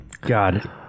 God